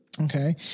okay